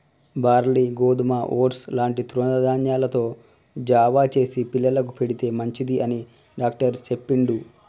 barley గోధుమ oats లాంటి తృణ ధాన్యాలతో జావ చేసి పిల్లలకు పెడితే మంచిది అని డాక్టర్ చెప్పిండు